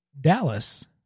Dallas